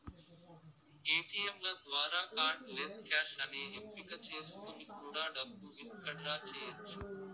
ఏటీయంల ద్వారా cardless cash అనే ఎంపిక చేసుకొని కూడా డబ్బు విత్ డ్రా చెయ్యచ్చు